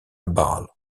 bâle